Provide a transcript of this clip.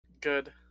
good